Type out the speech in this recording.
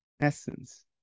essence